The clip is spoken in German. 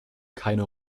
keine